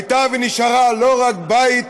הייתה ונשארה לא רק בית